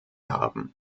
haben